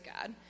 God